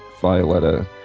Violetta